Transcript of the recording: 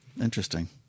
Interesting